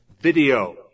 Video